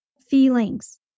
feelings